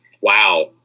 Wow